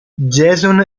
jason